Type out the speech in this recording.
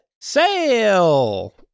sail